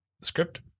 Script